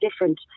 different